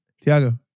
Tiago